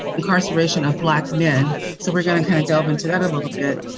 incarceration of black men, so we are going to kind of delve into that a little bit.